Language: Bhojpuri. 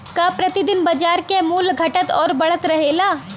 का प्रति दिन बाजार क मूल्य घटत और बढ़त रहेला?